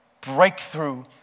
breakthrough